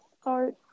start